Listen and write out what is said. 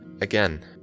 again